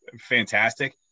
fantastic